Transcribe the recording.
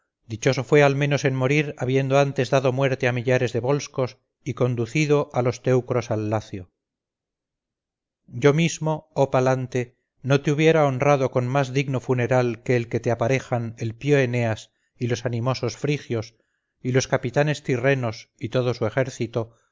dichoso fue al menos en morir habiendo antes dado muerte a millares de volscos y conducido a los teucros al lacio yo mismo oh palante no te hubiera honrado con más digno funeral que el que te aparejan el pío eneas y los animosos frigios y los capitanes tirrenos y todo su ejército